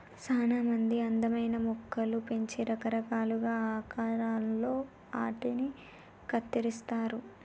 సానా మంది అందమైన మొక్కలు పెంచి రకరకాలుగా ఆకారాలలో ఆటిని కత్తిరిస్తారు